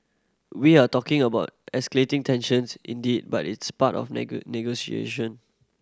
we're talking about escalating tensions indeed but it's part of negotiation